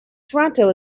toronto